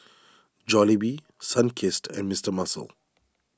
Jollibee Sunkist and Mister Muscle